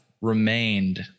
remained